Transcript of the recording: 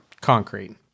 concrete